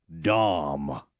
Dom